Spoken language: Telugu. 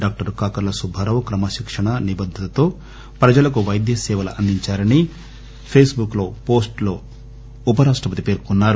డాక్టర్ కాకర్ల సుబ్బారావు క్రమశిక్షణ నిబద్దతతో ప్రజలకు పైద్య సేవలు అందించారని పేస్బుక్ పోస్ట్ లో ఉప రాష్ట్రపతి పేర్కొన్నారు